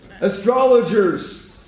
Astrologers